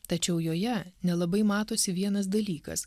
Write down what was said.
tačiau joje nelabai matosi vienas dalykas